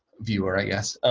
viewer, i guess.